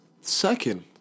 second